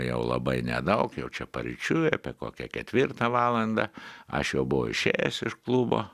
jau labai nedaug jau čia paryčiui apie kokią ketvirtą valandą aš jau buvau išėjęs iš klubo